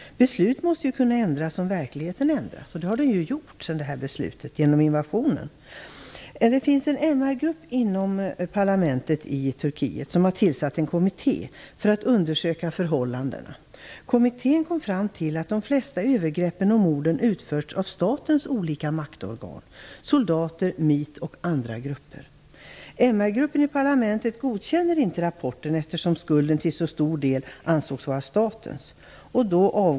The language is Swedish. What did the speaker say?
Beslut måste kunna ändras om verkligheten ändras, och det har den gjort sedan beslutet fattades genom invasionen. Det finns en MR-grupp i parlamentet i Turkiet som har tillsatt en kommitté för att undersöka förhållandena. Kommittén kom fram till att de flesta övergreppen och morden utförts av statens olika maktorgan - soldater, MIT och andra grupper. MR-gruppen i parlamentet godkänner inte rapporten, eftersom skulden till så stor del ansågs vara statens.